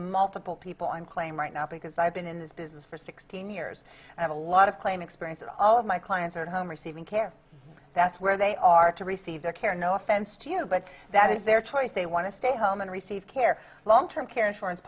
multiple people on claim right now because i've been in this business for sixteen years and have a lot of claim experience that all of my clients are at home receiving care that's where they are to receive their care no offense to you but that is their choice they want to stay home and receive care long term care insurance